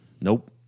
Nope